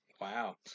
wow